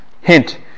Hint